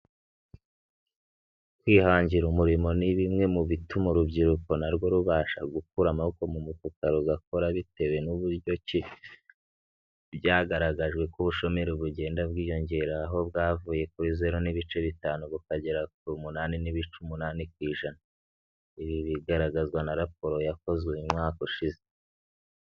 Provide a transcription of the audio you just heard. Kwihangira umurimo ni bimwe mu bituma urubyiruko na rwo rubasha gukura amaboko mu mufuka rugakora bitewe n'uburyo ki byagaragajwe ko ubushomeri bugenda bwiyongera, aho bwavuye kuri zero n'ibice bitanu bukagera ku munani n'ibice umunani ku ijana. Ibi bigaragazwa na raporo yakozwe mu mwaka ushize.